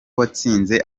watsinze